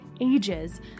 ages